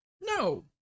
No